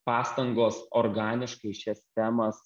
pastangos organiškai šias temas